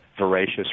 voracious